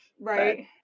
Right